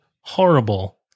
horrible